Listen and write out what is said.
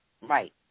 Right